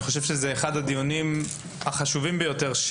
אני חושב זה אחד הדיונים החשובים ביותר,